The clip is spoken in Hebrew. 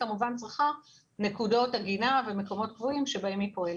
היא כמובן צריכה נקודות עגינה ומקומות קבועים בהם היא פועלת.